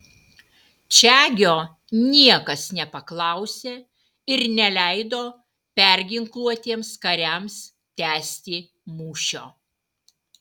čegio niekas nepaklausė ir neleido perginkluotiems kariams tęsti mūšio